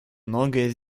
многое